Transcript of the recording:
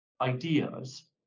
ideas